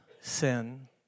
sin